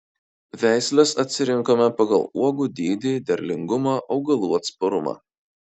veisles atsirinkome pagal uogų dydį derlingumą augalų atsparumą